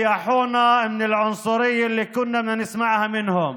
הם פטרו אותנו מהגזענות שהיינו אמורים לשמוע מהם,